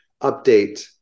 update